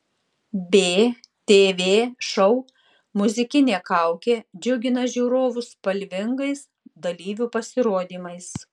btv šou muzikinė kaukė džiugina žiūrovus spalvingais dalyvių pasirodymais